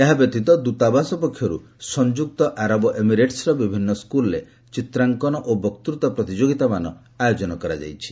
ଏହାଛଡ଼ା ଦୂତାବାସ ପକ୍ଷରୁ ସଂଯୁକ୍ତ ଆରବ ଏମିରେଟ୍ସର ବିଭିନୁ ସ୍କୁଲ୍ରେ ଚିତ୍ରାଙ୍କନ ଓ ବକ୍ତୃତା ପ୍ରତିଯୋଗିତାମାନ ଆୟୋଜନ କରାଯାଇଛି